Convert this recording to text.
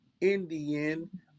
Indian